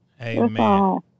Amen